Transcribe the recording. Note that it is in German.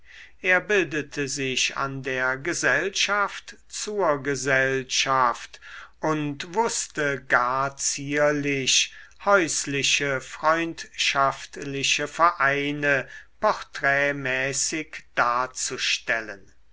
er bildete sich an der gesellschaft zur gesellschaft und wußte gar zierlich häusliche freundschaftliche vereine porträtmäßig darzustellen